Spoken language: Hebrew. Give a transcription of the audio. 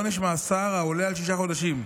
עונש מאסר העולה על שישה חודשים.